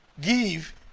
Give